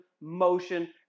motion